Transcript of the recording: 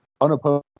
unopposed